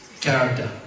character